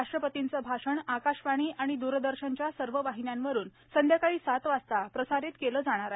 राष्ट्रपतींचं भाषण आकाशवाणी द्रदर्शनच्या सर्व वाहिन्यांवरुन संध्याकाळी सात वाजता प्रसारित केलं जाणार आहे